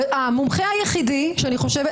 המומחה היחיד שאני חושבת,